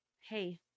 hey